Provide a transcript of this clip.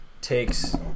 takes